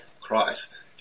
Christ